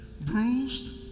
Bruised